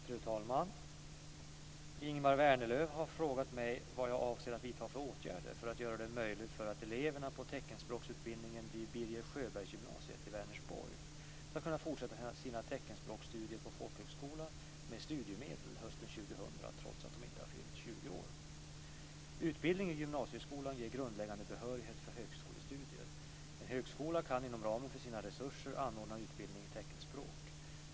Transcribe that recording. Fru talman! Ingemar Vänerlöv har frågat mig vad jag avser att vidta för åtgärder för att göra det möjligt för att eleverna på teckenspråksutbildningen vid Birger Sjöberggymnasiet i Vänersborg ska kunna fortsätta sina teckenspråkstudier på folkhögskola med studiemedel hösten 2000 trots att de inte fyllt 20 år. Utbildning i gymnasieskolan ger grundläggande behörighet för högskolestudier. En högskola kan inom ramen för sina resurser anordna utbildning i teckenspråk.